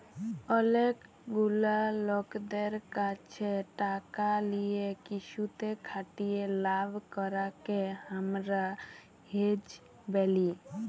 অলেক গুলা লকদের ক্যাছে টাকা লিয়ে কিসুতে খাটিয়ে লাভ করাককে হামরা হেজ ব্যলি